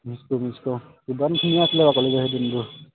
miss কৰোঁ miss কৰোঁ কিমান ধুনীয়া আছিলে বাৰু কলেজৰ সেই দিনবোৰ